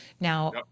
now